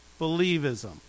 believism